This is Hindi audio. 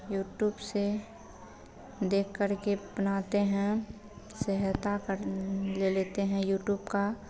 यूटूब से देखकर के बनाते हैं सहायता कर ले लेते हैं यूटूब का